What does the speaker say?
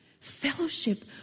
fellowship